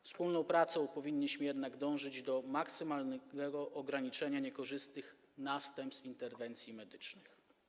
Wspólnie powinniśmy jednak dążyć do maksymalnego ograniczenia niekorzystnych następstw interwencji medycznych.